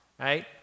right